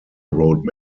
wrote